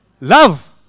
love